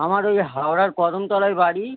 আমার ওই হাওড়ার কদমতলায় বাড়ি